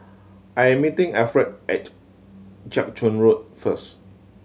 I'm meeting Alfred at Jiak Chuan Road first